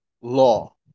law